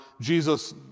Jesus